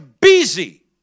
busy